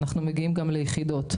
אנחנו מגיעים גם ליחידות.